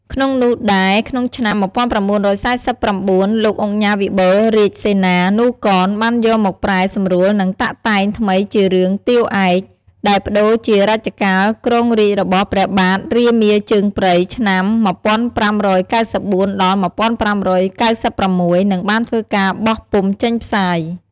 ក្នុងនោះដែរ ក្នុងឆ្នាំ ១៩៤៩ លោកឧកញ៉ាវិបុលរាជសេនា នូ កន បានយកមកប្រែសម្រួលនិងតាក់តែងថ្មីជារឿង ទាវឯក ដែលប្ដូរជារជ្ជកាលគ្រងរាជរបស់ ព្រះបាទ រាមាជើងព្រៃ ឆ្នាំ (១៥៩៤ ដល់ ១៥៩៦) និងបានធ្វើការបោះពុម្ភចេញផ្សាយ។